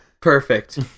Perfect